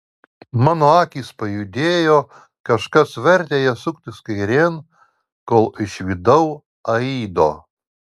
mano akys pajudėjo kažkas vertė jas suktis kairėn kol išvydau aido